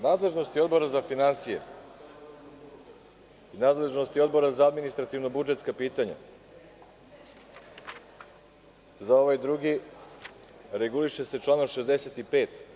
Nadležnost Odbora za finansije i nadležnosti Odbora za administrativno-budžetska pitanja, za ovaj drugi reguliše se članom 65.